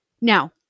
now